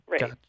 Right